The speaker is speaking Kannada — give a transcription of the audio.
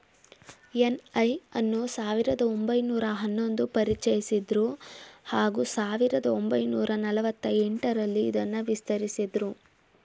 ಎನ್.ಐ ಅನ್ನು ಸಾವಿರದ ಒಂಬೈನೂರ ಹನ್ನೊಂದು ಪರಿಚಯಿಸಿದ್ರು ಹಾಗೂ ಸಾವಿರದ ಒಂಬೈನೂರ ನಲವತ್ತ ಎಂಟರಲ್ಲಿ ಇದನ್ನು ವಿಸ್ತರಿಸಿದ್ರು